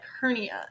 hernia